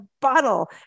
bottle